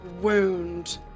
wound